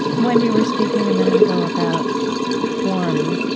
when you were speaking a minute ago about form,